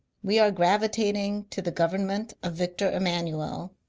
we are gravitating to the government of victor emmanuel,